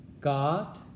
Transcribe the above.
God